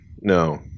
no